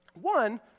One